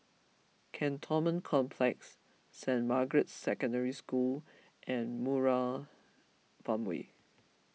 Cantonment Complex Saint Margaret's Secondary School and Murai Farmway